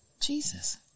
Jesus